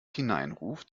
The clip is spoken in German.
hineinruft